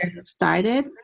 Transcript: started